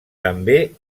també